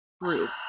group